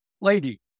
lady